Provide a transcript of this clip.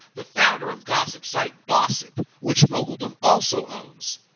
the founder of gossip site bossip, which moguldom also owns.